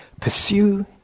Pursue